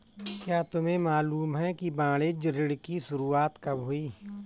क्या तुम्हें मालूम है कि वाणिज्य ऋण की शुरुआत कब हुई?